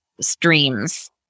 streams